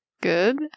good